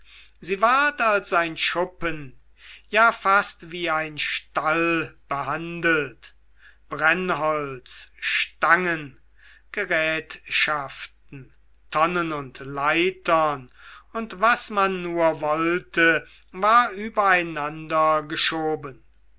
sie ward als ein schuppen ja fast wie ein stall behandelt brennholz stangen gerätschaften tonnen und leitern und was man nur wollte war übereinander geschoben